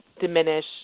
diminish